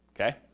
okay